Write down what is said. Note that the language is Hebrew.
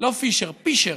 אין לנו פישר פה.